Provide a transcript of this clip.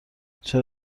چرا